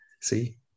See